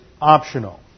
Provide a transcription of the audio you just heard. optional